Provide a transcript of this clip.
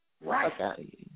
Right